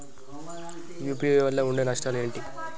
UPI వల్ల ఉండే నష్టాలు ఏంటి??